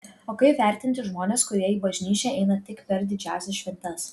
o kaip vertinti žmones kurie į bažnyčią eina tik per didžiąsias šventes